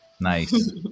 Nice